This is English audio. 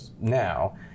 now